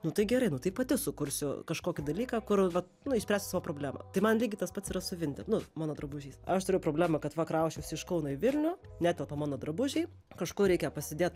nu tai gerai nu tai pati sukursiu kažkokį dalyką kur vat nu išspręsiu savo problemą tai man lygiai tas pats yra su vinted nu mano drabužiais aš turėjau problemą kad va krausčiausi iš kauno į vilnių netelpa mano drabužiai kažkur reikia pasidėt